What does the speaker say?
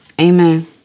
Amen